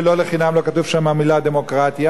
ולא לחינם לא כתובה שם המלה "דמוקרטיה",